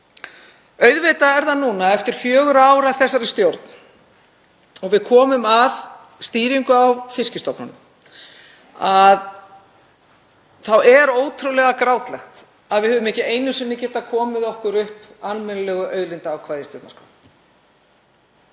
þurfum að hugsa um. Eftir fjögur ár af þessari stjórn og við komum að stýringu á fiskstofnunum þá er ótrúlega grátlegt að við höfum ekki einu sinni getað komið okkur upp almennilegu auðlindaákvæði í stjórnarskrá.